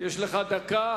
יש לך דקה.